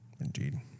Indeed